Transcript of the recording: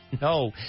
No